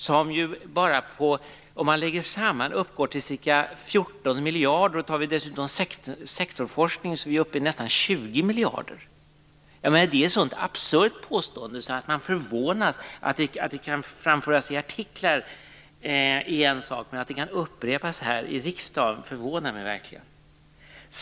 Sammantaget uppgår beloppet där till ca 14 miljarder. Med sektorsforskningen inräknad handlar det om nästan 20 miljarder kronor. Gjorda påstående är så absurt att man förvånas. Att det kan framföras i artiklar är en sak, men att det kan upprepas här i riksdagen förvånar mig verkligen.